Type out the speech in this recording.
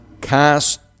cast